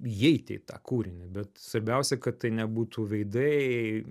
įeiti į tą kūrinį bet svarbiausia kad tai nebūtų veidai